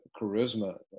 charisma